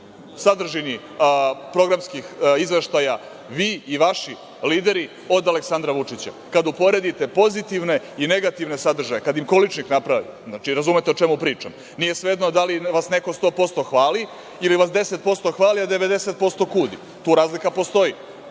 sadržini programskih izveštaja vi i vaši lideri od Aleksandra Vučića. Kad uporedite pozitivne i negativne sadržaje, kad im količnik napravite, znači, razumete o čemu pričam, nije svejedno da li vas neko 100% hvali ili vas 10% hvali, a 90% kudi. Tu razlika postoji,